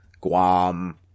Guam